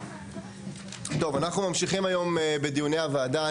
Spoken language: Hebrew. אנחנו ממשיכים היום בדיוני הוועדה.